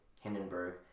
Hindenburg